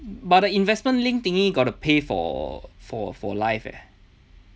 but the investment linked thingy gotta pay for for for life leh